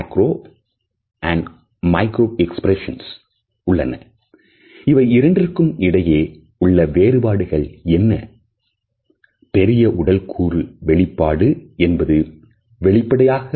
நாம் சொல்லக்கூடிய விஷயத்தை வார்த்தைகளை விட உடல் மொழி ஒரு பாதிக்கும் மேலாக வெளிப்படுத்துகிறது